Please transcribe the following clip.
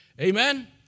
Amen